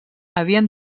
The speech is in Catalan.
havien